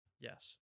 yes